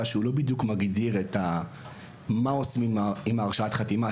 שבה הוא לא מגדיר בדיוק מה עושים עם הרשאת החתימה,